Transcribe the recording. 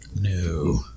No